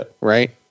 Right